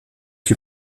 fut